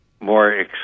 more